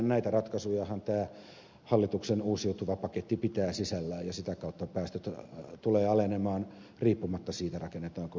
näitä ratkaisujahan tämä hallituksen uusiutuva paketti pitää sisällään ja sitä kautta päästöt tulevat alenemaan riippumatta siitä rakennetaanko ydinvoimaa vai ei